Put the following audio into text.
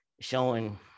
showing